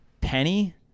penny